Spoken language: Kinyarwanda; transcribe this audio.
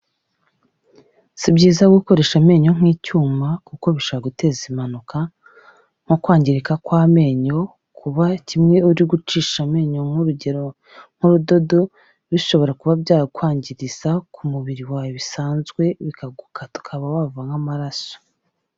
Si byiza gukoresha amenyo nk'icyuma, kuko bishobora guteza impanuka. Nko kwangirika kw'amenyo, kuba kimwe uri gucisha amenyo nk'urugero nk'urudodo, bishobora kuba byakwangiriza ku mubiri wawe bisanzwe, bikagukata ukaba wava nk'amaraso.